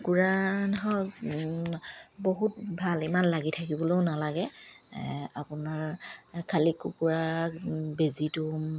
কুকুৰা হওক বহুত ভাল ইমান লাগি থাকিবলৈও নালাগে আপোনাৰ খালী কুকুৰা বেজিটো